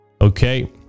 Okay